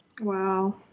Wow